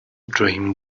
dream